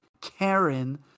Karen